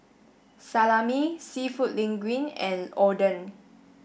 Salami Seafood Linguine and Oden